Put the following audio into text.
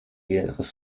ihres